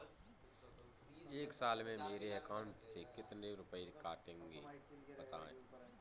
एक साल में मेरे अकाउंट से कितने रुपये कटेंगे बताएँ?